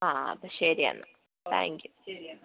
ആ അപ്പം ശരി എന്നാൽ താങ്ക്യൂ ശരി എന്നാൽ ഓക്കെ